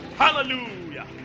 hallelujah